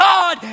God